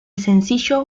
sencillo